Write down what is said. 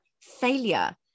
failure